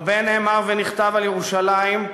הרבה נאמר ונכתב על ירושלים,